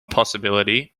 possibility